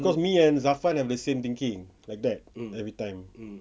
cause me and zafran have the same thinking like that every time